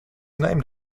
named